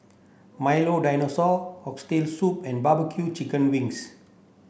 Milo dinosaur oxtail soup and barbecue chicken wings